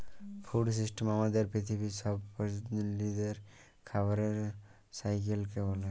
food system আমাদের পিথিবীর ছব প্রালিদের খাবারের সাইকেলকে ব্যলে